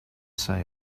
say